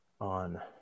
on